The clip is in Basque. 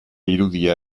irudia